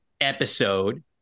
episode